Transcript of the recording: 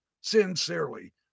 sincerely